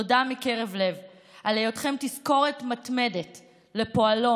תודה מקרב לב על היותכם תזכורת מתמדת לפועלו